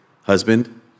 husband